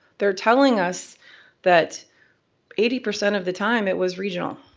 they're telling us that eighty percent of the time it was regional.